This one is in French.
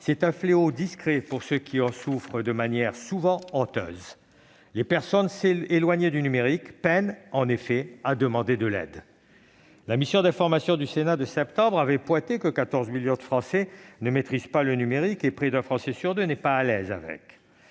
c'est un fléau discret pour ceux qui en souffrent souvent de manière honteuse. Les personnes éloignées du numérique peinent en effet à demander de l'aide. La mission d'information du Sénat de septembre dernier avait pointé que « 14 millions de Français ne maîtrisaient pas le numérique » et que « près d'un Français sur deux n'était pas à l'aise ».